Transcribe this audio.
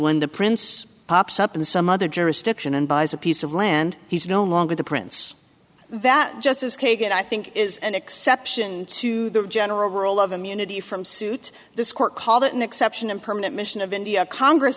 when the prince pops up in some other jurisdiction and buys a piece of land he's no longer the prince that justice kagan i think is an exception to the general rule of immunity from suit this court called it an exception and permanent mission of india congress